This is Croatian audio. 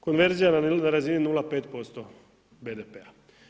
Konverzija na razini 0,5% BDP-a.